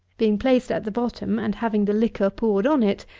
being placed at the bottom, and having the liquor poured on it,